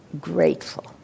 grateful